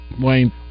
Wayne